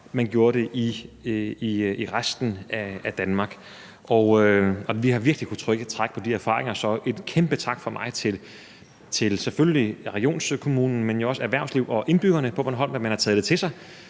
man gjorde det i resten af Danmark. Og vi har virkelig kunnet trække på de erfaringer. Så en kæmpe tak fra mig til selvfølgelig regionskommunen, men jo også til erhvervslivet og indbyggerne på Bornholm for, at man har taget det til sig.